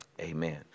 Amen